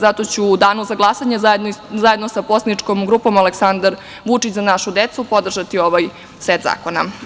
Zato ću u danu za glasanje, zajedno sa poslaničkom grupom „Aleksandar Vučić – Za našu decu“, podržati ovaj set zakona.